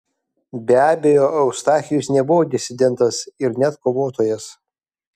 be abejo eustachijus nebuvo disidentas ir net kovotojas